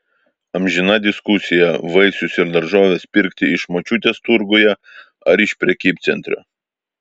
amžina diskusija vaisius ir daržoves pirkti iš močiutės turguje ar iš prekybcentrio